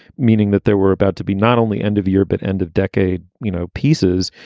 meaning that there were about to be not only end of year, but end of decade, you know, pieces.